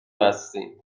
بستید